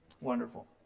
Wonderful